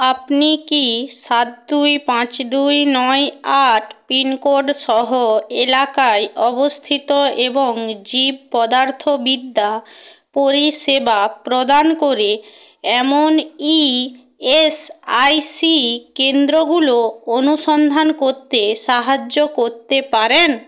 আপনি কি সাত দুই পাঁচ দুই নয় আট পিনকোড সহ এলাকায় অবস্থিত এবং জীবপদার্থবিদ্যা পরিষেবা প্রদান করে এমন ইএসআইসি কেন্দ্রগুলো অনুসন্ধান করতে সাহায্য করতে পারেন